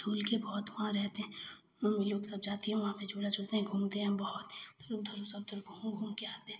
झूलकर बहुत वहाँ रहते हैं मम्मी लोग सब जाती हैं वहाँ पर झूला झूलते हैं घूमते हैं हम बहुत इधर उधर वह सब उधर घूम घामकर आते